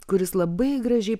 kuris labai gražiai